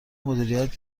مدیریت